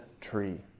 tree